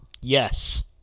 Yes